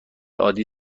عادی